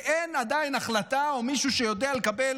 ואין עדיין החלטה או מישהו שיודע לקבל